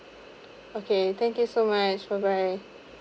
okay thank you so much bye bye